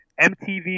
MTV